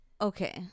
Okay